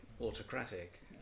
autocratic